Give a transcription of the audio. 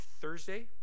Thursday